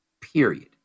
period